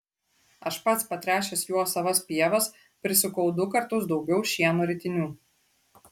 aš pats patręšęs juo savas pievas prisukau du kartus daugiau šieno ritinių